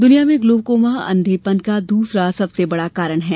दुनिया में ग्लूकोमा अंधेपन का दूसरा सबसे बड़ा कारण है